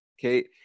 okay